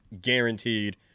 guaranteed